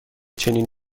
چنین